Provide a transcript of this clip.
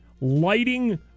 lighting